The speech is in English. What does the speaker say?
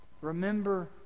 Remember